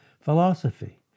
Philosophy